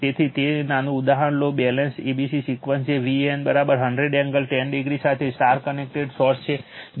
તેથી એક નાનું ઉદાહરણ લો બેલન્સ abc સિક્વન્સ જે Van 100 એંગલ 10o સાથે સ્ટાર કનેક્ટેડ સોર્સ છે